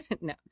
No